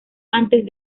antes